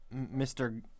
Mr